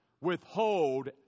withhold